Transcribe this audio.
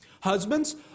Husbands